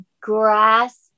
grasp